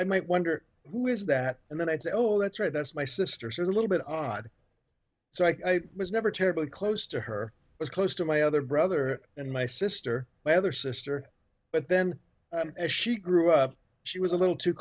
i might wonder who is that and then i'd say oh that's right that's my sister she was a little bit odd so i was never terribly close to her was close to my other brother and my sister my other sister but then as she grew up she was a little too